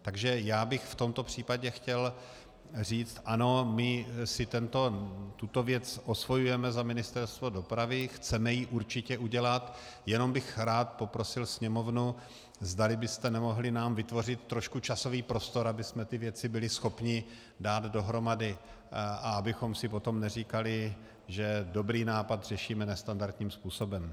Takže bych v tomto případě chtěl říct ano, my si tuto věc osvojujeme za Ministerstvo dopravy, chceme ji určitě udělat, jenom bych rád poprosil Sněmovnu, zdali byste nám nemohli vytvořit trošku časový prostor, abychom ty věci byli schopni dát dohromady a abychom si potom neříkali, že dobrý nápad řešíme nestandardním způsobem.